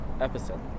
episode